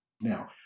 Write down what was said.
Now